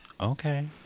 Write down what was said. okay